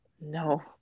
no